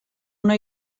una